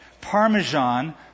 Parmesan